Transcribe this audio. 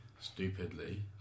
Stupidly